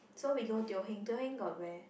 so we go Teo-Heng Teo-Heng got where